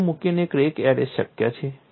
પેચો મૂકીને crack arrest શક્ય છે